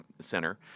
center